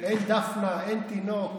אין דפנה, אין תינוק.